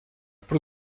про